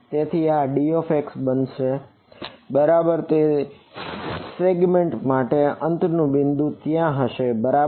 તેથી આ dx બનશે બરાબર દરેક સેગ્મેન્ટ માટે અંતનું બિંદુ ત્યાં હશે બરાબર